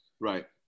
Right